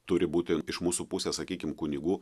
turi būti iš mūsų pusės sakykim kunigų